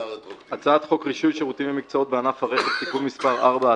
הצעת חוק רישוי שירותים ומקצועות בענף הרכב (תיקון מס' 4),